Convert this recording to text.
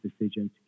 decision